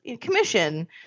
commission